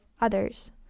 others